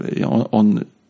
on